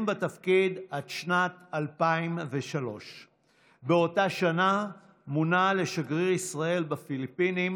בתפקיד עד שנת 2003. באותה שנה מונה לשגריר ישראל בפיליפינים,